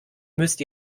müsst